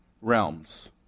realms